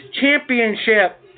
Championship